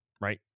Right